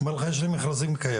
הוא אומר לך, יש לי מכרזים קיימים,